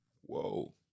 Whoa